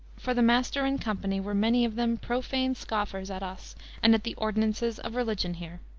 for the master and company were many of them profane scoffers at us and at the ordinances of religion here.